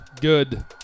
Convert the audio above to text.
good